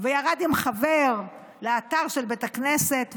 ירד עם חבר לאתר של בית הכנסת,